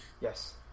Yes